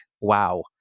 wow